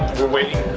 we're waiting,